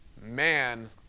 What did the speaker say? man